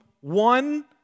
one